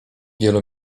wielu